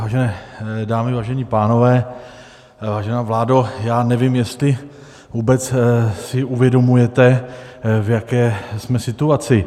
Vážené dámy, vážení pánové, vážená vládo, já nevím, jestli vůbec si uvědomujete, v jaké jsme situaci.